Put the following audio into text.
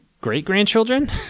great-grandchildren